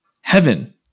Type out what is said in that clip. heaven